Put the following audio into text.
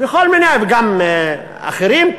וגם אחרים,